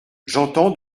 j’entends